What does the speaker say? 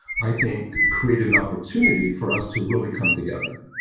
i think, created an opportunity for us to really come together,